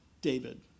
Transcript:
David